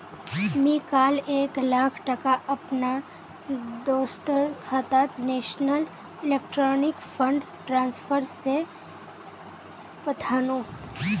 मी काल एक लाख टका अपना दोस्टर खातात नेशनल इलेक्ट्रॉनिक फण्ड ट्रान्सफर से पथानु